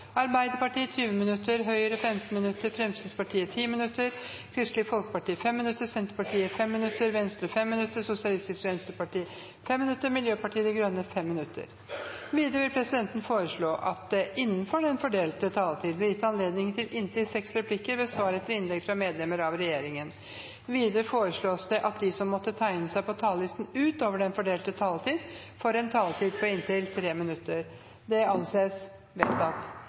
Arbeiderpartiet 20 minutter, Høyre 15 minutter, Fremskrittspartiet 10 minutter, Kristelig Folkeparti 5 minutter, Senterpartiet 5 minutter, Venstre 5 minutter, Sosialistisk Venstreparti 5 minutter og Miljøpartiet De Grønne 5 minutter. Videre vil presidenten foreslå at det – innenfor den fordelte taletid – blir gitt anledning til inntil seks replikker med svar etter innlegg fra medlemmer av regjeringen. Videre foreslås det at de som måtte tegne seg på talerlisten utover den fordelte taletid, får en taletid på inntil 3 minutter. – Det anses vedtatt.